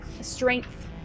strength